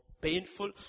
painful